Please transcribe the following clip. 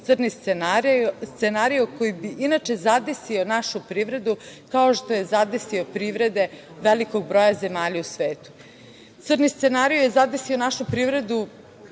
crni scenario koji bi inače zadesio našu privredu, kao što je zadesio privrede velikog broja zemalja u svetu. Crni scenario je zadesio našu privredu